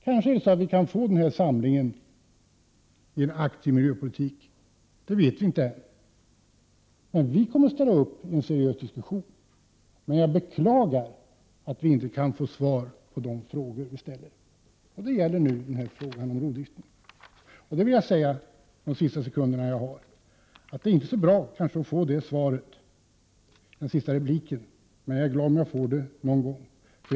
Kanske kommer det att ske en samling kring en aktiv miljöpolitik. Det vet vi inte än, men vi kommer att ställa upp på en seriös diskussion. Jag beklagar att vi inte kan få svar på de frågor som vi ställer. Detta gäller frågan om rovdriften. De sista sekunder jag har kvar av min taletid vill jag använda till att säga att det kanske inte är så bra att få det svaret i den sista repliken i dag, men jag är glad om jag får det någon gång.